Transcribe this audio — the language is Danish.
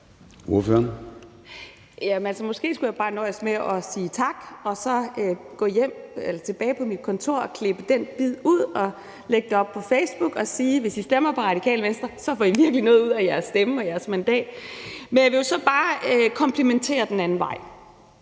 Måske skulle jeg bare nøjes med at sige tak og så gå tilbage på mit kontor og klippe den bid ud og lægge det op på Facebook og sige, at hvis I stemmer på Radikale Venstre, får I virkelig noget ud af jeres stemme og jeres mandat. Men jeg vil jo så bare komplimentere den anden vej.